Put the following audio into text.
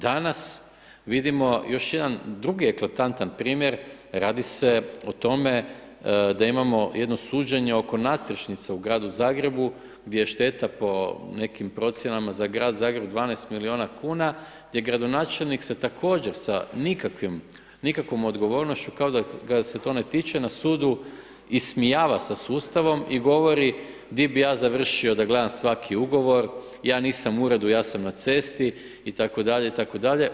Danas vidimo još jedan drugi eklatantan primjer, radi se o tome da imamo jedno suđenje oko nadstrešnice u Gradu Zagrebu gdje je šteta po nekim procjenama za Grad Zagreb 12 milijuna kuna gdje gradonačelnik se također sa nikakvom odgovornošću kao da ga se to ne tiče na sudu ismijava sa sustavom i govori – di bi ja završio da gledam svaki ugovor, ja nisam u uredu, ja sam na cesti itd., itd.